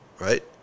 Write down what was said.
Right